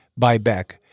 buyback